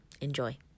Enjoy